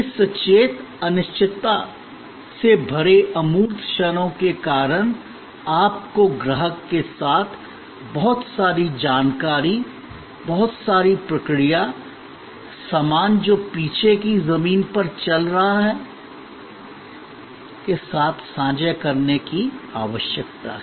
इस सचेत अनिश्चितता से भरे अमूर्त क्षणों के कारण आपको ग्राहक के साथ बहुत सारी जानकारी बहुत सारी प्रक्रिया सामान जो पीछे की जमीन पर चल रहा है के साथ साझा करने की आवश्यकता है